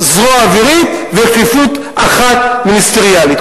זרוע אווירית וכפיפות אחת מיניסטריאלית.